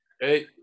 hey